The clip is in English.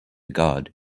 god